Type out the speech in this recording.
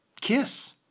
KISS